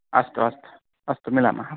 अस्तु अस्तु अस्तु मिलामः